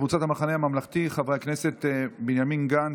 קבוצת סיעת המחנה הממלכתי: חברי הכנסת בנימין גנץ,